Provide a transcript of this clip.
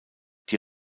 die